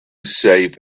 safe